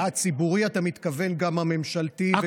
ציבורי, אתה מתכוון גם הממשלתי וגם,